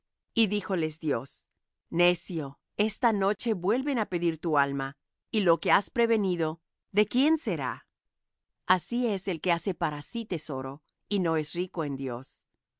y díjole dios necio esta noche vuelven á pedir tu alma y lo que has prevenido de quién será así es el que hace para sí tesoro y no es rico en dios